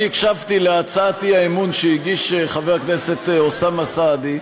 אני הקשבתי להצעת האי-אמון שהגיש חבר הכנסת אוסאמה סעדי,